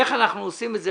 איך אנחנו עושים את זה,